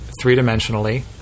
three-dimensionally